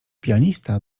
pianista